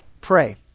pray